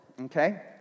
Okay